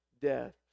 death